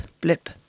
blip